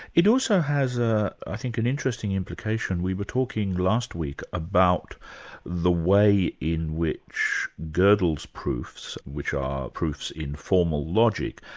it also has ah i think an interesting implication. we were talking last week about the way in which godel's proofs, which are proofs in formal logic,